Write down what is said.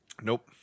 Nope